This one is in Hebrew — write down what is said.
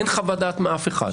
אין חוות דעת מאף אחד,